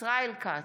ישראל כץ,